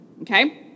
Okay